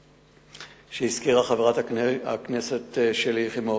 כפי שהזכירה חברת הכנסת שלי יחימוביץ,